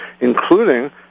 including